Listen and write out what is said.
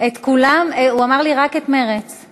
כולם נרשמו וברחו?